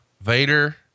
vader